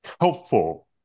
helpful